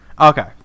Okay